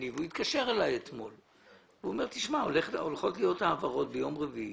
והוא התקשר אלי אתמול ואמר שהולכות להיות העברות ביום רביעי